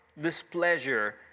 displeasure